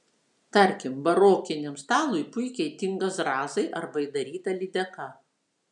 tarkim barokiniam stalui puikiai tinka zrazai arba įdaryta lydeka